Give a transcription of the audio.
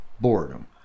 boredom